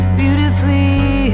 beautifully